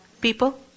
People